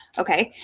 ok.